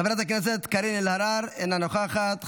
חברת הכנסת קארין אלהרר, אינה נוכחת.